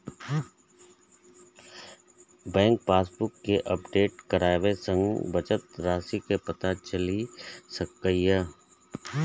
bank passbook कें update कराबय सं बचत राशिक पता चलि सकैए